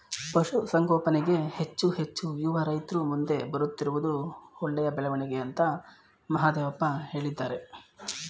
ಪಶುಸಂಗೋಪನೆಗೆ ಹೆಚ್ಚು ಹೆಚ್ಚು ಯುವ ರೈತ್ರು ಮುಂದೆ ಬರುತ್ತಿರುವುದು ಒಳ್ಳೆ ಬೆಳವಣಿಗೆ ಅಂತ ಮಹಾದೇವಪ್ಪ ಹೇಳ್ದ